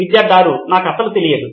విద్యార్థి 6 నాకు అసలు తెలియదు